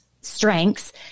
strengths